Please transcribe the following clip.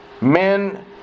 Men